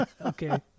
Okay